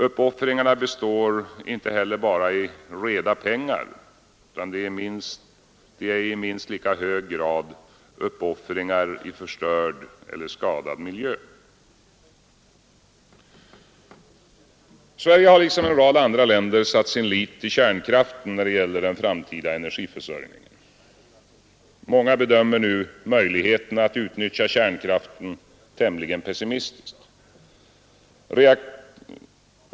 Uppoffringarna består inte bara i reda pengar utan i minst lika hög grad är det uppoffringar i fråga om förstörd eller skadad miljö. Sverige liksom en rad andra länder har satt sin lit till kärnkraften när det gäller den framtida energiförsörjningen. Många bedömer nu möjlig heten att utnyttja kärnkraften tämligen pessimistiskt.